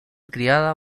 criada